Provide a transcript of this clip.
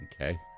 Okay